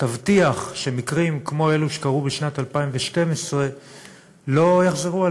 תבטיח שמקרים כמו אלו שקרו בשנת 2012 לא יחזרו?